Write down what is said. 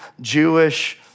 Jewish